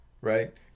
Right